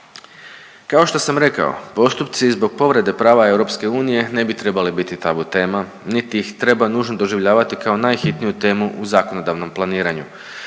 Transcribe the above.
Kao što sam rekao, postupci zbog povrede prava EU ne bi trebali biti tabu tema, niti ih treba nužno doživljavati kao najhitniju temu u zakonodavnom planiranju,